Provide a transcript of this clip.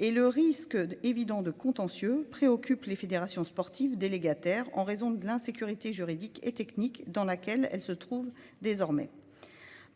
le risque évident de contentieux préoccupe les fédérations sportives délégataires en raison de l'insécurité juridique et technique dans laquelle elles se trouvent désormais.